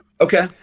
Okay